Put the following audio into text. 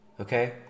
Okay